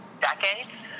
decades